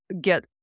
get